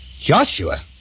Joshua